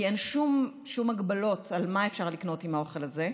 כי אין שום הגבלות על מה שאפשר לקנות עם הכסף הזה,